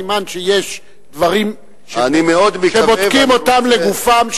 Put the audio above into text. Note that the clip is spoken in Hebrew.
סימן שיש דברים שבודקים אותם לגופם,